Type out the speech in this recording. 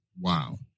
wow